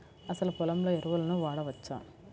అసలు పొలంలో ఎరువులను వాడవచ్చా?